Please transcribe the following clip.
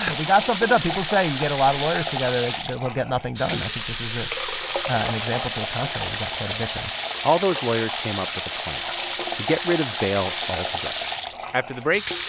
we got something done. people say you get a lot of lawyers together, like they will get nothing done. i think this is ah an example to the contrary. we got quite a bit done all those lawyers came up with a plan to get rid of bail altogether after the break,